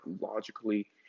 logically